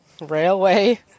Railway